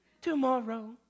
tomorrow